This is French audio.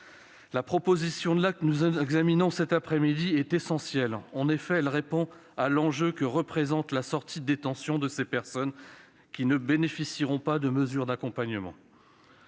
La proposition de loi que nous examinons cet après-midi est essentielle. En effet, elle répond à l'enjeu que représente la sortie de détention de ces personnes qui ne bénéficieront pas de mesures d'accompagnement.